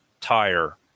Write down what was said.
tire